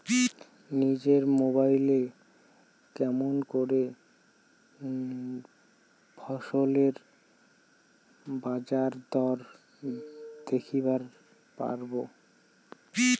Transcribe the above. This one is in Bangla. নিজের মোবাইলে কেমন করে ফসলের বাজারদর দেখিবার পারবো?